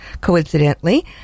coincidentally